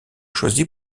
choisie